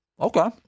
Okay